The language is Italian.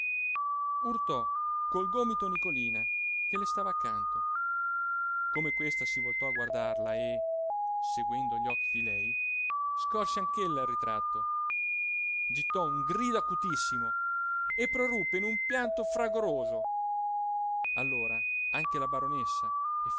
urtò col gomito nicolina che le stava accanto come questa si voltò a guardarla e seguendo gli occhi di lei scorse anch'ella il ritratto gittò un grido acutissimo e proruppe in un pianto fragoroso allora anche la baronessa